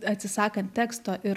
atsisakant teksto ir